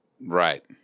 Right